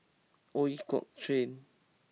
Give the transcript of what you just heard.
Ooi Kok Chuen